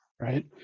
right